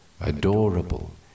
adorable